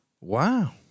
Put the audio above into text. Wow